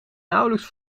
nauwelijks